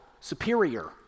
superior